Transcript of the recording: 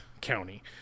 County